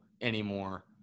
anymore